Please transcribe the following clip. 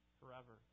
forever